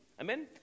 Amen